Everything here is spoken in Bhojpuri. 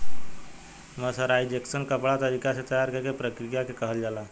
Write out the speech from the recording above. मर्सराइजेशन कपड़ा तरीका से तैयार करेके प्रक्रिया के कहल जाला